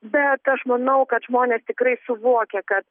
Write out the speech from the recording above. bet aš manau kad žmonės tikrai suvokia kad